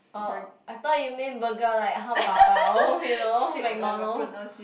oh I thought you mean burger like 汉堡包 you know McDonald